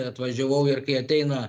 atvažiavau ir kai ateina